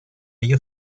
ello